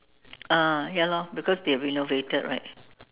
ah ya lor because they renovated right